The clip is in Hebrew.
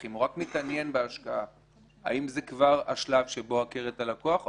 אם הוא בכובע שהוא עצמו מלווה אז הוא לכאורה לא בצו הזה,